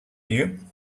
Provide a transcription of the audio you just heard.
you